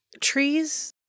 trees